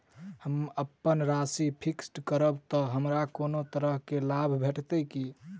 हम अप्पन राशि फिक्स्ड करब तऽ हमरा कोनो भी तरहक लाभ भेटत की?